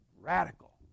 Radical